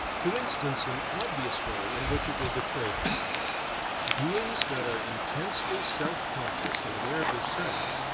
to instance an obvious way in which it will betray them beings that are intensely self-conscious and aware of their selves,